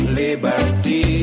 liberty